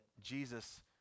Jesus